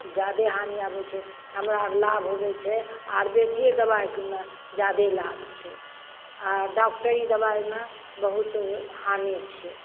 तऽ जादे आन्ही आबय छै हमरा अब लाभ होबय छै आयुर्वेदियेके दवाइमे जादे लाभ छै आओर डॉक्टरी दबाइमे बहुत हानि छै